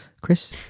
Chris